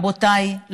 רבותיי,